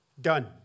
done